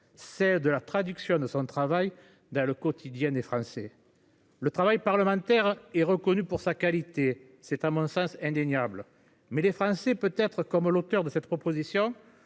celle de la traduction de son travail dans le quotidien et français. Le travail parlementaire est reconnu pour sa qualité, c'est à mon sens indéniable mais les Français peut être comme l'auteur de cette proposition